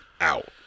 out